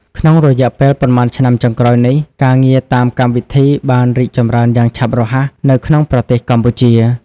ក្នុងរយៈពេលប៉ុន្មានឆ្នាំចុងក្រោយនេះ ការងារតាមកម្មវិធីបានរីកចម្រើនយ៉ាងឆាប់រហ័សនៅក្នុងប្រទេសកម្ពុជា។